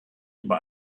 über